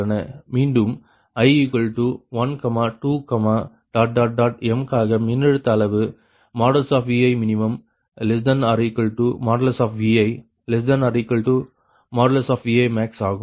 மீண்டும் i12m காக மின்னழுத்த அளவு Vimin≤|Vi|≤Vimax ஆகும்